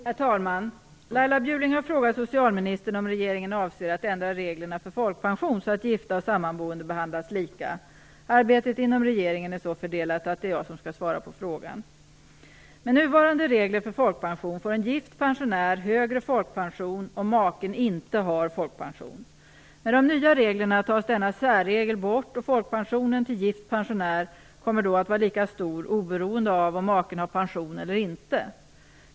Herr talman! Laila Bjurling har frågat socialministern om regeringen avser att ändra reglerna för folkpension så att gifta och sammanboende behandlas lika. Arbetet inom regeringen är så fördelat att det är jag som skall svara på frågan. Med nuvarande regler för folkpension får en gift pensionär högre folkpension om maken inte har folkpension. Med de nya reglerna tas denna särregel bort, och folkpensionen till gift pensionär kommer då att vara lika stor oberoende av om maken har pension eller inte.